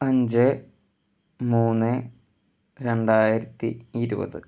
അഞ്ച് മൂന്ന് രണ്ടായിരത്തി ഇരുപത്